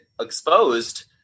exposed